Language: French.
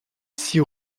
six